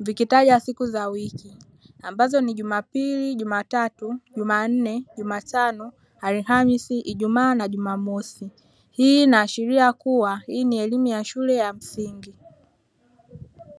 vikitaja siku za wiki ambazo ni jumapili, jumatatu, jumanne, jumatano, alhamisi, ijumaa na jumamosi. Hii inaashiria kuwa ni elimu ya shule ya msingi.